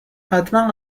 حتما